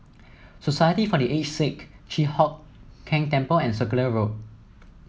Society for The Aged Sick Chi Hock Keng Temple and Circular Road